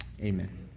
Amen